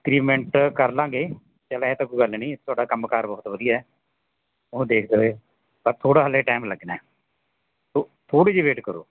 increment ਕਰ ਲਾਂਗੇ ਚੱਲ ਐਂ ਤਾਂ ਕੋਈ ਗੱਲ ਨਹੀਂ ਤੁਹਾਡਾ ਕੰਮ ਕਾਰ ਬਹੁਤ ਵਧੀਆ ਉਹਨੂੰ ਦੇਖਦੇ ਹੋਏ ਪਰ ਥੋੜ੍ਹਾ ਹਜੇ ਟੈਮ ਲੱਗਣਾ ਹੈ ਥੋ ਥੋੜ੍ਹੀ ਜਿਹੀ ਵੇਟ ਕਰੋ